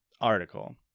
article